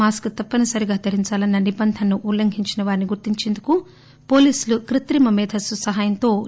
mask తప్పనిసరిగా ధరించాలన్న నిబంధనను ఉల్లంఘించిన వారిని గుర్తించేందుకు పోలీసులు కృత్రిమ మేధస్పును ఉపయోగిస్తున్నారు